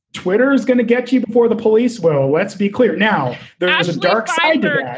twitter is going to get to you before the police. well, let's be clear now, there is a dark side there.